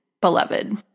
beloved